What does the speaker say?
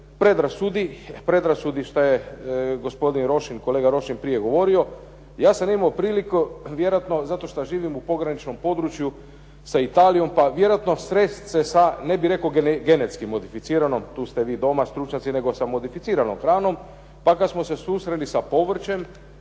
predrasudi što je gospodin Rošin, kolega Rošin prije govorio. Ja sam imao priliku vjerojatno zato što živim u pograničnom području sa Italijom, pa vjerojatno srest se sa ne bih rekao genetski modificiranom, tu ste vi doma stručnjaci nego sa modificiranom hranom, pa kad smo se susreli sa povrćem